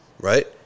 right